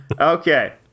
Okay